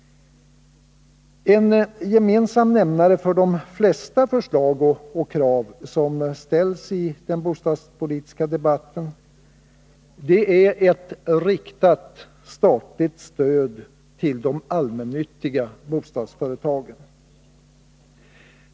En gemensam nämnare för de flesta förslag och krav som ställs i den bostadspolitiska debatten är ett riktat statligt stöd till de allmännyttiga bostadsföretagen.